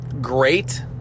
great